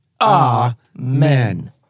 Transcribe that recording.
Amen